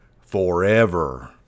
forever